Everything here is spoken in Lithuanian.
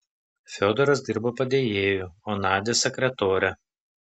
fiodoras dirbo padėjėju o nadia sekretore